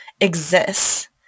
exists